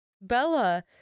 Bella